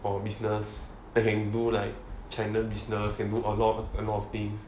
for business and can do like china business can do a lot of a lot of things